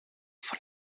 von